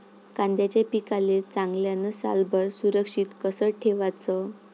कांद्याच्या पिकाले चांगल्यानं सालभर सुरक्षित कस ठेवाचं?